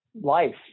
life